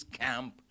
camp